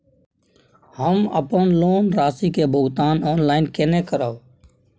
हम अपन लोन राशि के भुगतान ऑनलाइन केने करब?